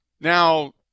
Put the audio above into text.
Now